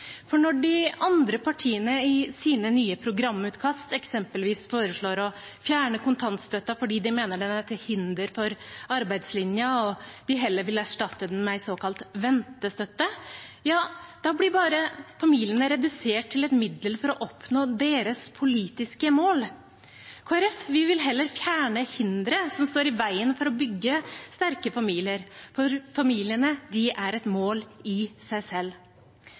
For når de andre partiene i sine nye programutkast eksempelvis foreslår å fjerne kontantstøtten fordi de mener den er til hinder for arbeidslinjen, og de heller vil erstatte den med en såkalt ventestøtte, blir familiene redusert til et middel for å oppnå deres politiske mål. Kristelig Folkeparti vil heller fjerne hinderet som står i veien for å bygge sterke familier, for familiene er et mål i seg selv.